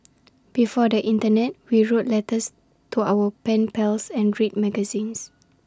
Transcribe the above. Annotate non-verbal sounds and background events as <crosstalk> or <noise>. <noise> before the Internet we wrote letters to our pen pals and read magazines